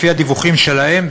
לפי הדיווחים שלהם,